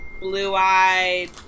blue-eyed